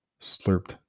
slurped